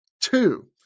Two